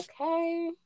Okay